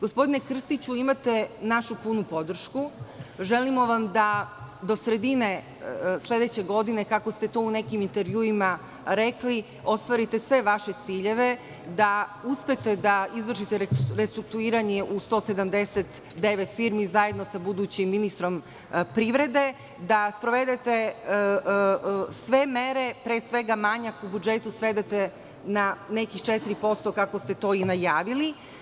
Gospodine Krstiću, imate našu punu podršku, želimo vam da do sredine sledeće godine, kako ste to u nekim intervjuima rekli, ostvarite sve vaše ciljeve, da uspete da izvršite restrukturiranje u 179 firmi zajedno sa budućim ministrom privrede, da sprovedete sve mere, pre svega da manjak u budžetu svedete na nekih 4% kako ste to i najavili.